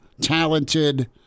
talented